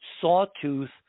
sawtooth